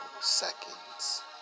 seconds